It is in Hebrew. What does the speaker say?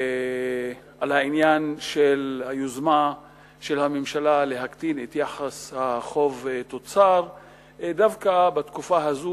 על העניין של יוזמת הממשלה להקטין את יחס החוב תוצר דווקא בתקופה הזו,